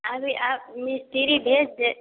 अभी आप मिस्त्री भेज दें